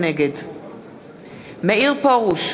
נגד מאיר פרוש,